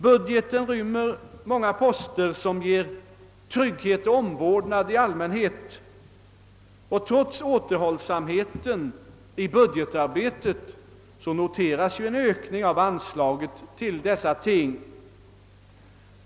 Budgeten rymmer många poster som avser trygghet och omvårdnad i allmänhet, och trots återhållsamheten vid budgetarbetet noteras en ökning av anslagen för dessa ting.